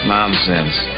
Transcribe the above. Nonsense